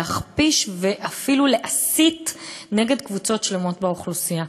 להכפיש ואפילו להסית נגד קבוצות שלמות באוכלוסייה.